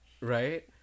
Right